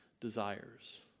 desires